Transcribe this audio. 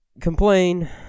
complain